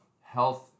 health